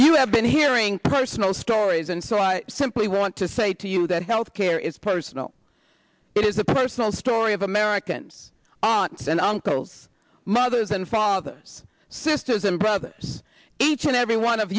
you have been hearing personal stories and so i simply want to say to you that health care is personal it is a personal story of americans on and uncles mothers and fathers sisters and brothers each and every one of